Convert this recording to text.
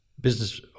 business